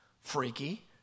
Freaky